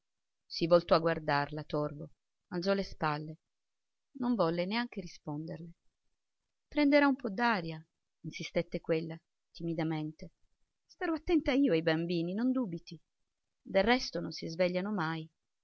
si voltò a guardarla torvo alzò le spalle non volle neanche risponderle prenderà un po d'aria insistette quella timidamente starò attenta io ai bambini non dubiti del resto non si svegliano mai